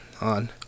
on